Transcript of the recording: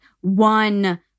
one